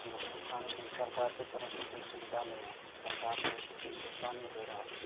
किसानके सरकारके तरफसँ कोइ सुविधा न है सरकार जे है कोइ सुविधा नहि दे रहल छै